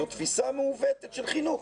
זו תפיסה מעוותת של חינוך.